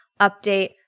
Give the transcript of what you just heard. update